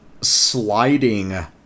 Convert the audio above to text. sliding